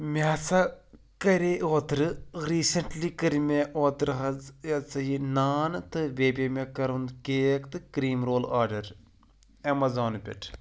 مےٚ ہَسا کَرے اوترٕ ریٖسٮ۪نٛٹلی کٔرۍ مےٚ اوترٕ حظ یہِ ہَسا یہِ نان تہٕ بیٚیہِ پے مےٚ کَرُن کیک تہٕ کِرٛیٖم رول آڈَر اٮ۪مَزان پٮ۪ٹھ